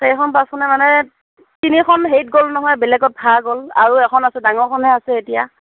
চাৰিখন পাঁচখনে মানে তিনিওখন হেৰিত গ'ল নহয় বেলেগত ভাড়া গ'ল আৰু এখন আছে ডাঙৰখনহে আছে এতিয়া